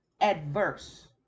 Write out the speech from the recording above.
adverse